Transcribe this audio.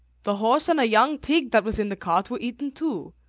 the horse and a young pig that was in the cart were eaten too.